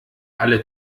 alle